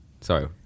Sorry